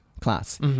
class